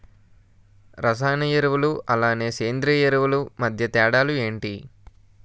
రసాయన ఎరువులు అలానే సేంద్రీయ ఎరువులు మధ్య తేడాలు ఏంటి?